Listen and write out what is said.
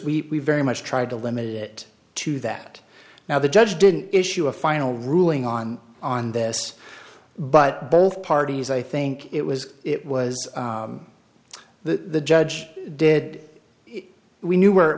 we very much tried to limit it to that now the judge didn't issue a final ruling on on this but both parties i think it was it was the judge did we knew where it